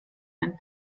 ein